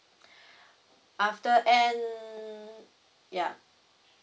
after end yup